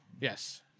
yes